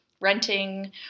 renting